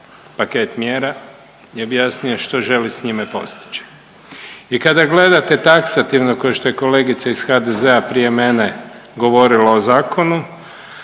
paket mjera i objasnio što s njime želi postići. I kada gledate taksativno ko što je kolegica ih HDZ-a prije mene govorila o zakonu,